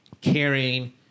caring